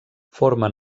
forma